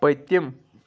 پٔتِم